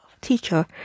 teacher